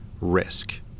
risk